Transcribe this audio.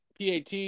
PAT